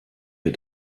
wir